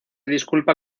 disculpa